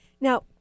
Now